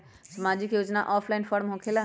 समाजिक योजना offline form होकेला?